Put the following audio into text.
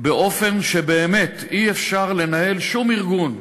באופן שבאמת אי-אפשר לנהל שום ארגון,